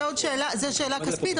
זו שאלה כספית.